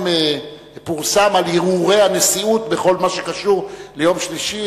פורסם על הרהורי הנשיאות בכל מה שקשור ליום שלישי,